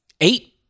eight